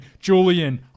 Julian